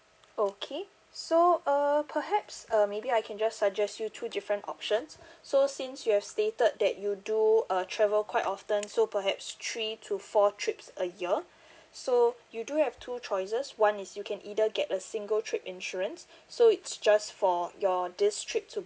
okay so uh perhaps uh maybe I can just suggest you two different options so since you have stated that you do uh travel quite often so perhaps three to four trips a year so you do have two choices one is you can either get a single trip insurance so it's just for your this trip to